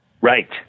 Right